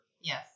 yes